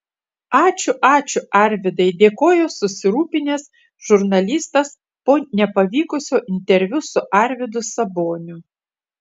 ačiū ačiū arvydai dėkojo susirūpinęs žurnalistas po nepavykusio interviu su arvydu saboniu